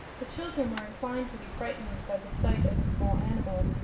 the children were inclined to be frightened by the sight of the small animal,